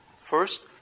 First